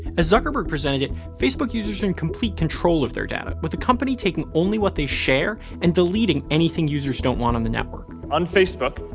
as zuckerberg presented it, facebook users are in complete control of their data, with the company taking only what they share and deleting anything users don't want on the network. on facebook,